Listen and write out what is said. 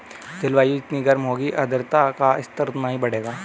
जलवायु जितनी गर्म होगी आर्द्रता का स्तर उतना ही बढ़ेगा